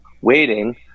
waiting